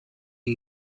این